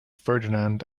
ferdinand